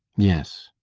yes.